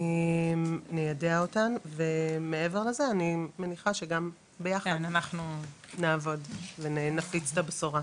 ניידע אותן ומעבר לזה אני מניחה שגם ביחד נעבוד ונפיץ את הבשורה.